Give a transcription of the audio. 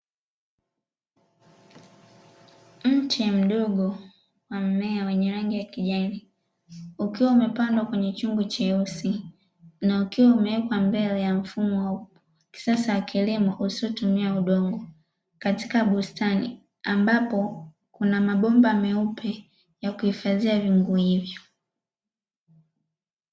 Mti mdogo na mmea wenye rangi ya kijani ukiwa umepandwa kwenye chungu cheusi na ukiwa umewekwa mbele ya mfumo wa kisasa wa kilimo usiotumia udongo katika bustani ambapo kuna mabomba meupe ya kuhifadhia vyungu hivyo.